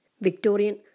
Victorian